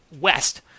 west